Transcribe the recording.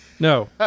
No